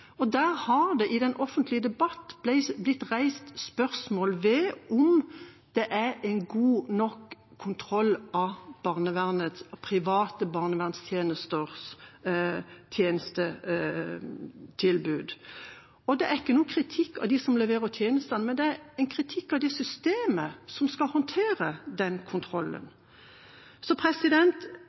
Der har det i den offentlige debatten blitt reist spørsmål ved om det er en god nok kontroll av private barnevernstjenesters tjenestetilbud. Det er ikke en kritikk av dem som leverer tjenestene, men det er en kritikk av det systemet som skal håndtere den kontrollen.